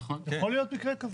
יכול להיות מקרה כזה.